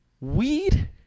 Weed